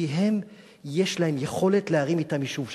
כי יש להם יכולת להרים אתם יישוב שלם.